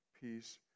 peace